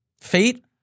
Fate